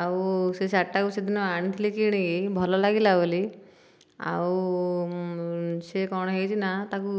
ଆଉ ସେ ଶାଢ଼ୀଟାକୁ ସେଦିନ ଆଣିଥିଲି କିଣିକି ଭଲ ଲାଗିଲା ବୋଲି ଆଉ ସେ କଣ ହୋଇଛି ନା ତାକୁ